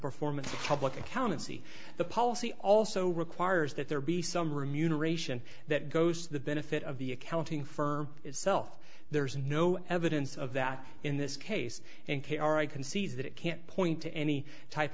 performance of public accountancy the policy also requires that there be some remuneration that goes to the benefit of the accounting firm itself there's no evidence of that in this case and k r i can see that it can't point to any type